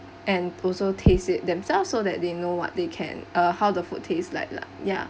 and also taste it themselves so that they know what they can uh how the food taste like lah ya